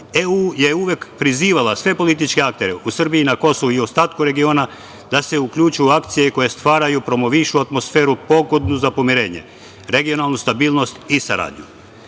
EU je uvek prizivala sve političke aktere u Srbiji i na Kosovu i ostatku regiona da se uključe u akcije koje stvaraju, promovišu atmosferu pogodnu za pomirenje, regionalnu stabilnost i saradnju.I